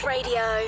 Radio